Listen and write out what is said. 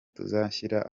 tuzashyira